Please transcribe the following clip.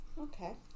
Okay